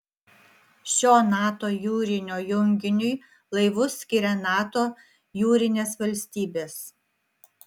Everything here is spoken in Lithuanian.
šio nato jūrinio junginiui laivus skiria nato jūrinės valstybės